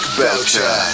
belcher